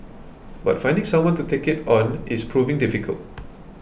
but finding someone to take it on is proving difficult